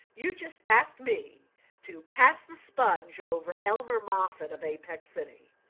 you just ask me to pass the sponge over elmer moffatt of apex city?